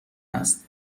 است